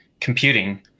computing